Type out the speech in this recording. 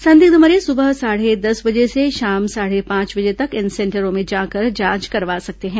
संदिग्ध मरीज सुबह साढ़े दस बजे से शाम साढ़े पांच बजे तक इन सेंटरों में जाकर जांच करवा सकते हैं